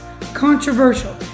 controversial